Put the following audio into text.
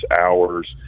hours